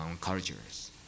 cultures